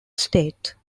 state